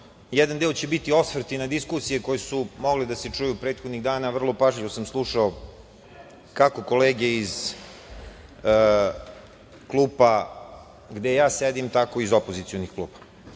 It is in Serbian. jedan deo će biti osvrt i na diskusije koje su mogle da se čuju prethodnih dana, vrlo pažljivo sam slušao kako kolege iz klupa gde ja sedim, tako i iz opozicionih klupa. Dakle,